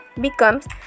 becomes